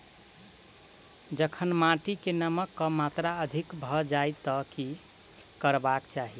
जखन माटि मे नमक कऽ मात्रा अधिक भऽ जाय तऽ की करबाक चाहि?